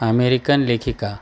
American लेखिका